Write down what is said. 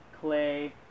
clay